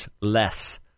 less